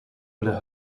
willen